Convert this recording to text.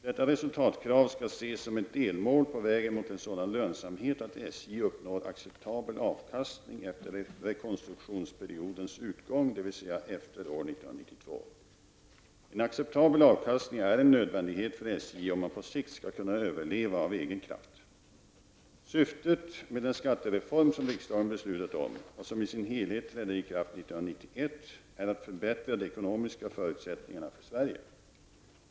Detta resultatkrav skall ses som ett delmål på vägen mot en sådan lönsamhet att SJ uppnår acceptabel avkastning efter rekonstruktionsperiodens utgång, dvs. efter år 1992. En acceptabel avkastning är en nödvändighet för SJ om man på sikt skall kunna överleva av egen kraft. är att förbättra de ekonomiska förutsättningarna för Sverige.